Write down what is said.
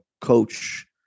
coach